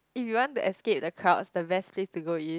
if you want to escape the crowds the best place to go is